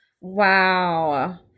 Wow